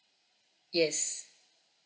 yes